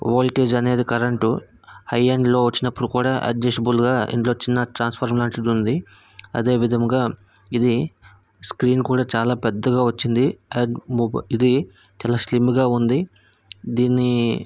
voltage అనేది current high and low వచ్చినపుడు కూడా అడ్జెసిబుల్గా ఇందులో చిన్న ట్రాన్సఫార్మబుల్గా ఉంది అదేవిధముగా ఇది స్క్రీన్ కూడా చాలా పెద్దగా వచ్చింది అ ఇది చాలా స్లిమ్గా ఉంది దీన్ని